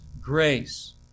grace